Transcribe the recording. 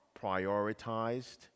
prioritized